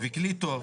וכלי טוב,